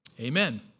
amen